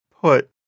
put